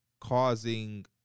causing